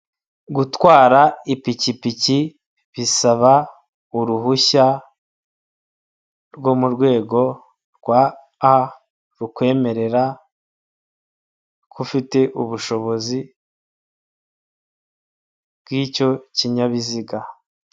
Gutwara ipikipiki bisaba uruhushya rwo mu rwego rwa a rukwemerera ko ufite ubushobozi bw'icyo kinyabiziga.